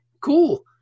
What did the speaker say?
Cool